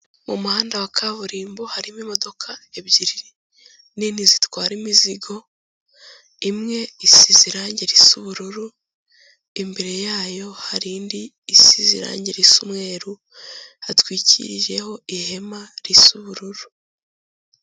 Mu muhanda wa kaburimbo harimo imodoka ebyiri nini zitwara imizigo, imwe isize irange risa ubururu, imbere yayo hari indi isize irange risa umweru hatwikirijeho ihema risa ubururu.